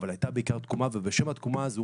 אבל הייתה בעיקר תקומה ובשם התקופה הזו